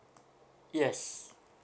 yes